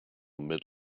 mid